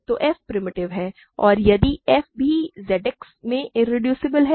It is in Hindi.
तो f प्रिमिटिव है और इसलिए f भी Z X में इरेड्यूसिबल है